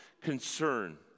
concern